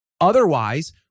Otherwise